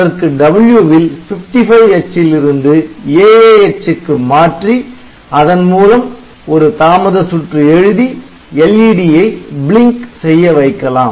அதற்கு 'W' வில் 55H லிருந்து AAH க்கு மாற்றி அதன் மூலம் ஒரு தாமத சுற்று எழுதி LED ஐ Blink செய்ய வைக்கலாம்